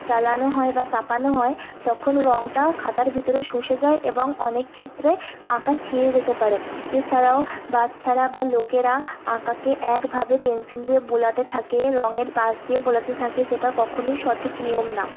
চালানো হয় বা চাপানো হয় তখন রঙটা খাতার ভিতরে শুষে যায় এবং অনেক ক্ষেত্রে আঁকা ছিঁড়ে যেতে পারে এছাড়াও বাচ্চারা বা লোকেরা আঁকাকে একভাবে পেন্সিল দিয়ে বোলাতে থাকে রঙের পাশ দিয়ে বোলাতে থাকে যেটা কখনোই সঠিক নিয়ম না